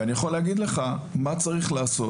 ואני יכול להגיד לך מה צריך לעשות.